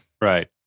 Right